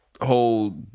whole